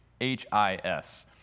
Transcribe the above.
h-i-s